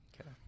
Okay